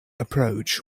approach